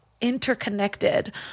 interconnected